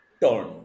turn